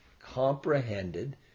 comprehended